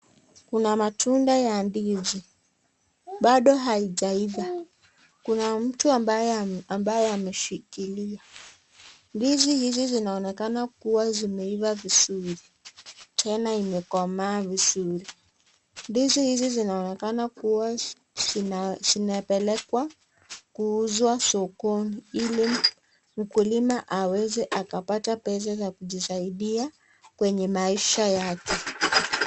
Kuna matunda ya ndizi, bado haijaiva. Kuna mtu ambaye ameshikilia. Ndizi hizi zinaonekana kua zimeiva vizuri, tena imekomaa vizuri. Ndizi hizi zinaonekana kua zinapelekwa kuuzwa sokoni ili mkulima aweze akapata pesa za kujisaidia kwenye maisha yake.